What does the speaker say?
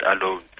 alone